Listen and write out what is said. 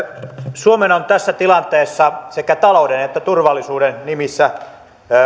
suomen on tässä tilanteessa sekä talouden että turvallisuuden nimissä